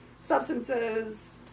substances